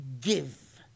give